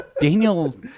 Daniel